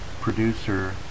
producer